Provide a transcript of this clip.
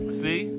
see